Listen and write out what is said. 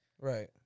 Right